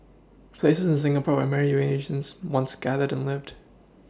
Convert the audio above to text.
places in Singapore where many Eurasians once gathered and lived